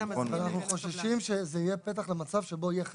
אנחנו חוששים שזה יהיה פתח למצב שבו יהיה חסר.